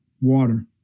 Water